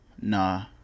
nah